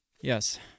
Yes